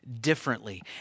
differently